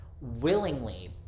Willingly